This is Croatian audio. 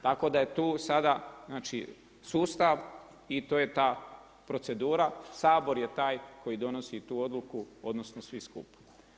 Tako da je tu sada znači sustav i to je ta procedura, Sabor je taj koji donosi tu odluku, odnosno svi skupa.